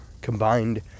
combined